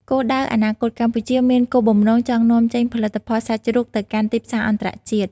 គោលដៅអនាគត កម្ពុជាមានគោលបំណងចង់នាំចេញផលិតផលសាច់ជ្រូកទៅកាន់ទីផ្សារអន្តរជាតិ។